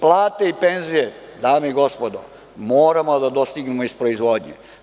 Plate i penzije, dame i gospodo, moramo da dostignemo iz proizvodnje.